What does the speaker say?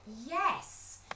Yes